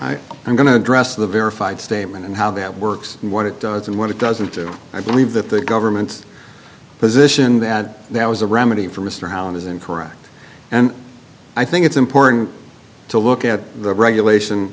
you i'm going to address the verified statement and how that works and what it does and what it doesn't do i believe that the government's position that there was a remedy for mr howland is incorrect and i think it's important to look at the regulation